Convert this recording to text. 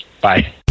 Bye